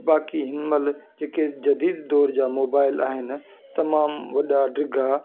बाक़ी हिन माहिल जेके जदी दौरु जा मोबाइल आहिनि तमामु वॾा ॾिगा